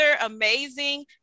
amazing